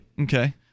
Okay